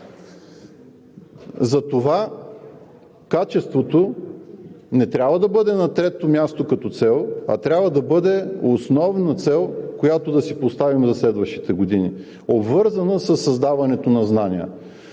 Затова качеството не трябва да бъде на трето място като цел, а трябва да бъде основна цел, която да си поставим за следващите години, обвързана със създаването на знания.